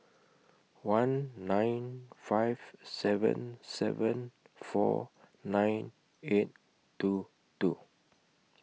one nine five seven seven four nine eight two two